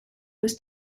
was